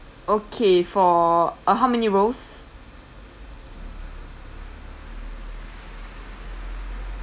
okay for uh how many rolls